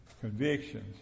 convictions